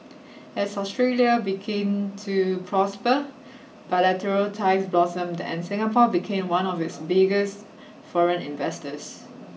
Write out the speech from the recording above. as Australia begin to prosper bilateral ties blossomed and Singapore became one of its biggest foreign investors